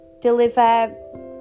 deliver